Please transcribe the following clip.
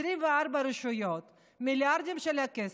24 רשויות, מיליארדים של כסף.